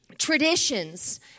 traditions